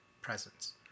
presence